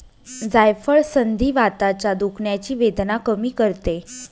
जायफळ संधिवाताच्या दुखण्याची वेदना कमी करते